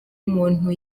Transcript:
umuntu